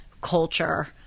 culture